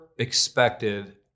expected